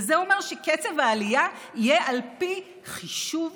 וזה אומר שקצב העלייה יהיה על פי חישוב